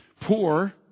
Poor